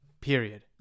Period